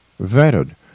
vetted